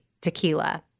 tequila